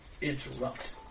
interrupt